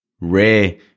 rare